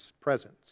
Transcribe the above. Presence